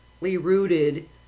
rooted